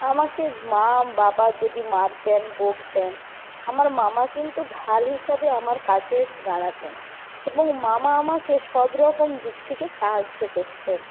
আমাকে মা বাবা যদি মারতেন বকতেন আমার মামা কিন্তু ঢাল হিসাবে আমার কাছে এসে দাঁড়াতেন এবং মামা আমাকে সব রকম দিক থেকে সাহায্য করতেন